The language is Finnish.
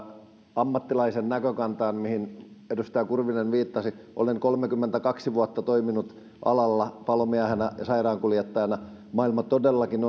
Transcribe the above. ammattilaisen näkökantaa mihin edustaja kurvinen viittasi olen kolmekymmentäkaksi vuotta toiminut alalla palomiehenä ja sairaankuljettajana maailma todellakin